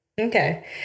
Okay